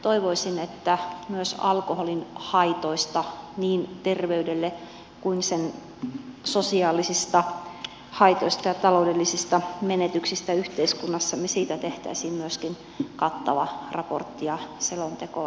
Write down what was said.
toivoisin että myös alkoholin haitoista niin terveydelle kuin sen sosiaalisista haitoista ja taloudellisista menetyksistä yhteiskunnassa tehtäisiin myöskin kattava raportti ja selonteko eduskunnan käsittelyyn